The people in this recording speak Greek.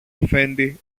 αφέντη